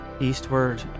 eastward